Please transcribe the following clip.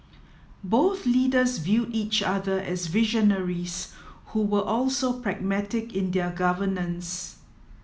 both leaders viewed each other as visionaries who were also pragmatic in their governance